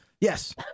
Yes